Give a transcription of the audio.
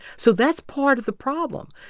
so that's part of the problem.